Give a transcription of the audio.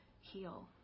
heal